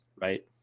right